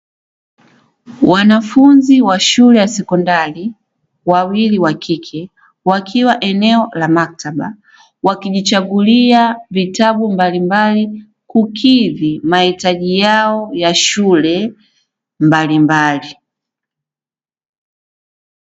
Wanafunzi wa shule ya sekondari wawili wa kike wakiwa eneo la maktaba, wakijichagulia vitabu mbalimbali kukidhi mahitaji yao ya shule mbalimbali.